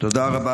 תודה רבה.